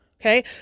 Okay